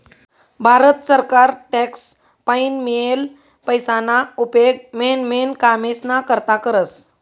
भारत सरकार टॅक्स पाईन मियेल पैसाना उपेग मेन मेन कामेस्ना करता करस